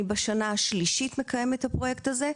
זו השנה השלישית שאני מקיימת את הפרויקט הזה,